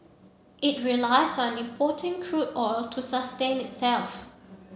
it relies on importing crude oil to sustain itself